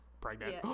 pregnant